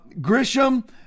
Grisham